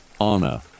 Anna